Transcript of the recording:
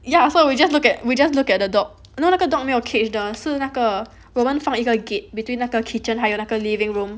ya so we just look at we just look at the dog you know like 那个 dog 没有 cage 的是那个我们放一个 gate between 那个 kitchen 还有那个 living room